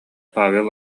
павел